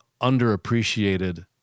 underappreciated